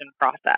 process